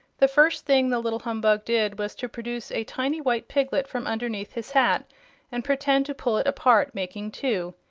the first thing the little humbug did was to produce a tiny white piglet from underneath his hat and pretend to pull it apart, making two.